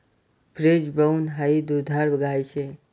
French brown high दुधाळ गाय शे